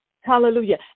Hallelujah